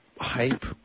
hype